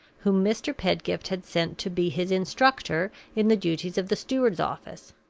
whom mr. pedgift had sent to be his instructor in the duties of the steward's office.